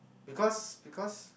because because